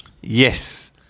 Yes